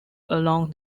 along